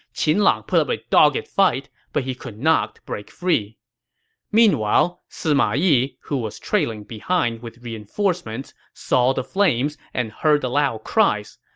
qin lang put up a dogged fight, but could not break free meanwhile, sima yi, who was trailing behind with reinforcements, saw the flames and heard the loud cries,